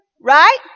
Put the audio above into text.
right